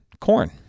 corn